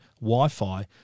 wi-fi